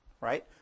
right